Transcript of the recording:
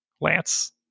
Lance